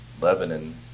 Lebanon